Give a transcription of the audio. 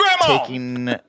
taking